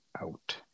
out